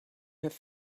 have